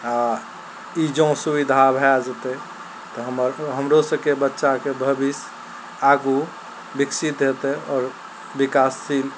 आओर ई जँ सुविधा भए जेतय तऽ हमर हमरो सबके बच्चाके भविष्य आगू विकसित हेतै आओर विकासशील